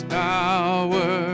power